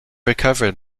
recovered